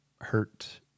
hurt